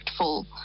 impactful